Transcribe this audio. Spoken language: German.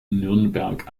nürnberg